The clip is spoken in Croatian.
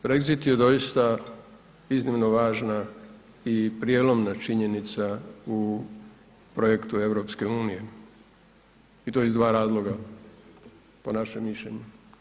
Brexit je doista iznimno važna i prijelomna činjenica u projektu EU i to iz dva razloga po našem mišljenju.